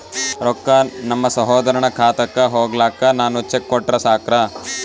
ರೊಕ್ಕ ನಮ್ಮಸಹೋದರನ ಖಾತಕ್ಕ ಹೋಗ್ಲಾಕ್ಕ ನಾನು ಚೆಕ್ ಕೊಟ್ರ ಸಾಕ್ರ?